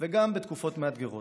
וגם בתקופות מאתגרות.